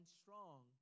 strong